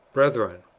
brethren,